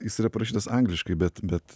jis yra parašytas angliškai bet bet